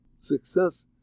success